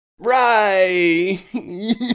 Right